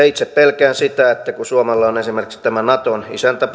itse pelkään sitä että kun suomella on esimerkiksi tämä naton